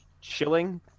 chilling